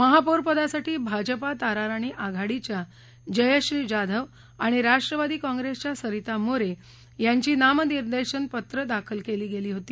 महापौरपदासाठी भाजपा ताराराणी आघाडीच्या जयश्री जाधव आणि राष्ट्रवादी कॉंग्रेसच्या सरिता मोरे यांची नामनिर्देशन पत्र दाखल केली होती